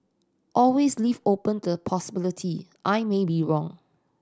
always leave open the possibility I may be wrong